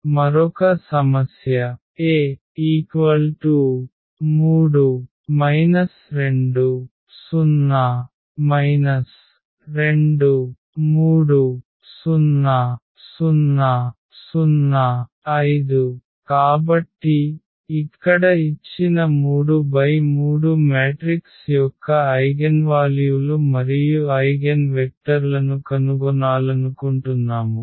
ఇది మరొక సమస్య A 3 2 0 2 3 0 0 0 5 కాబట్టి ఇక్కడ ఇచ్చిన 3×3 మ్యాట్రిక్స్ యొక్క ఐగెన్వాల్యూలు మరియు ఐగెన్వెక్టర్లను కనుగొనాలనుకుంటున్నాము